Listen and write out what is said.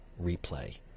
replay